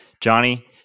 johnny